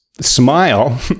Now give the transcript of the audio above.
smile